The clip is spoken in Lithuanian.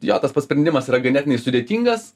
jo tas pats sprendimas yra ganėtinai sudėtingas